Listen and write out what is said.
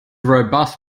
robust